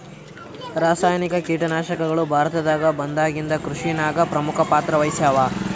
ರಾಸಾಯನಿಕ ಕೀಟನಾಶಕಗಳು ಭಾರತದಾಗ ಬಂದಾಗಿಂದ ಕೃಷಿನಾಗ ಪ್ರಮುಖ ಪಾತ್ರ ವಹಿಸ್ಯಾವ